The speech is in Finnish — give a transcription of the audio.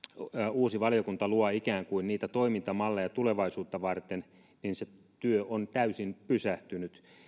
uusi valiokunta luo ikään kuin niitä toimintamalleja tulevaisuutta varten niin se työ on täysin pysähtynyt